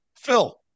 Phil